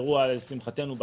לשמחתנו,